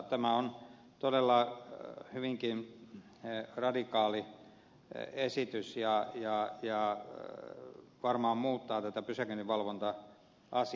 tämä on todella hyvinkin radikaali esitys ja varmaan muuttaa tätä pysäköinninvalvonta asiaa